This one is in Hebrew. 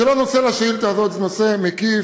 זה לא נושא לשאילתה הזאת, זה נושא מקיף.